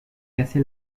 cassé